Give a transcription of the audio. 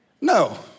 No